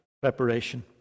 preparation